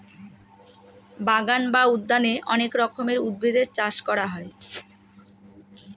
বাগান বা উদ্যানে অনেক রকমের উদ্ভিদের চাষ করা হয়